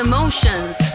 Emotions